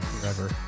forever